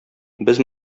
без